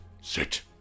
sit